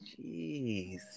Jeez